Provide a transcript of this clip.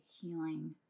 healing